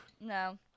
No